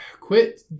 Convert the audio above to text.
quit